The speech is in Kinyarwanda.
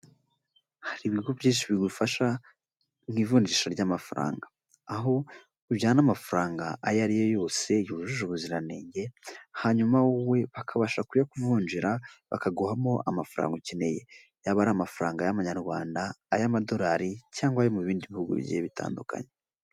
Hari ibigo byinshi bigufasha mu ivunjisha ry'amafaranga, aho ujyana amafaranga ayo ari yo yose yujuje ubuziranenge, hanyuma wowe akabasha kuyakuvunjira bakaguhamo amafaranga ukeneye. Yaba ari amafaranga y'amanyarwanda, ay'amadolari cyangwa ayo mu bindi bihugu bigiye bitandukanye.